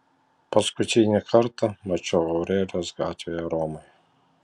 paskutinį kartą mačiau aurelijos gatvėje romoje